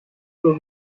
nur